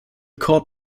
court